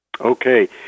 Okay